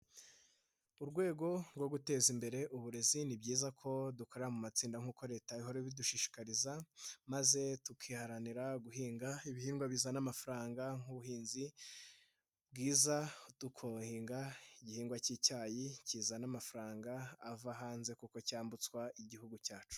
Mu rwego rwo guteza imbere uburezi ni byiza ko dukorera mu matsinda nkuko leta ihora ibidushishikariza, maze tukiharanira guhinga ibihingwa bizana amafaranga nk'ubuhinzi bwiza, tukohinga igihingwa cy'icyayi kizana amafaranga ava hanze kuko cyambutswa Igihugu cyacu.